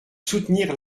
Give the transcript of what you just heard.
soutenir